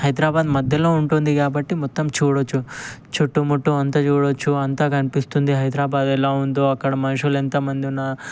హైదరాబాద్ మధ్యలో ఉంటుంది కాబట్టి మొత్తం చూడవచ్చు చుట్టుముట్టు అంతా చూడవచ్చు అంతా కనిపిస్తుంది హైదరాబాద్ ఎలా ఉందో అక్కడ మనుషులు ఎంతమంది ఉన్నారో